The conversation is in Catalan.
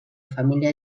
família